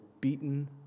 beaten